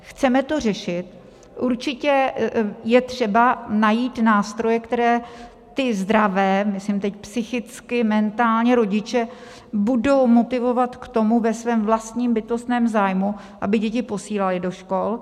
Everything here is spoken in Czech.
Chceme to řešit, určitě je třeba najít nástroje, které ty zdravé myslím teď psychicky, mentálně rodiče budou motivovat k tomu, ve svém vlastním bytostném zájmu, aby děti posílali do škol.